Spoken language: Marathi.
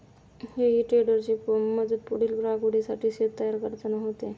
हेई टेडरची मदत पुढील लागवडीसाठी शेत तयार करताना होते